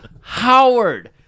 Howard